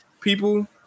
people